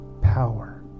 power